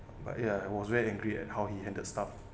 but ya I was very angry at how he handled stuff